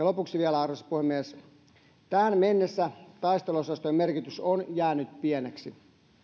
lopuksi vielä tähän mennessä taisteluosastojen merkitys on jäänyt pieneksi